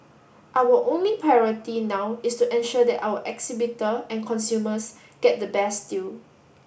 our only priority now is to ensure that our exhibitor and consumers get the best deal